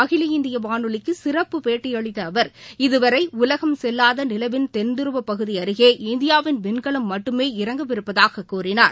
அகில இந்தியவானொலிக்குசிறப்பு பேட்டியளித்தஅவர் இதுவரைஉலகம் செல்வாதநிலவின் தென்துருவபகுதிஅருகே இந்தியாவின் விண்கலம் மட்டுமே இறங்கவிருப்பதாகக் கூறினார்